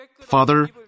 Father